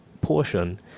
portion